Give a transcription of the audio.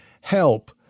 Help